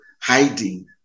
hiding